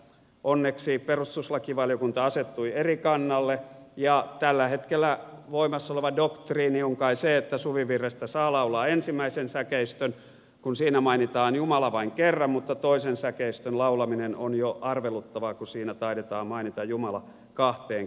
onneksi perustuslakivaliokunta asettui eri kannalle ja tällä hetkellä voimassa oleva doktriini on kai se että suvivirrestä saa laulaa ensimmäisen säkeistön kun siinä mainitaan jumala vain kerran mutta toisen säkeistön laulaminen on jo arveluttavaa kun siinä taidetaan mainita jumala kahteen kertaan